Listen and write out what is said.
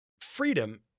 Freedom